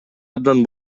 абдан